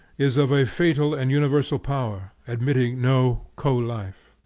is of a fatal and universal power, admitting no co-life.